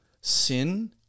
Sin